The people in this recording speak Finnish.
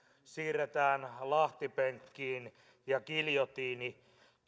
siirretään lahtipenkkiin ja giljotiini